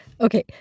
Okay